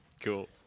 cool